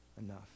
enough